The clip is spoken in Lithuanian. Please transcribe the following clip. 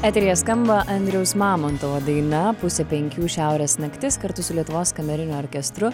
eteryje skamba andriaus mamontovo daina pusė penkių šiaurės naktis kartu su lietuvos kameriniu orkestru